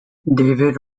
david